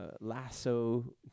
Lasso